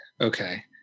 Okay